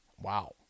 Wow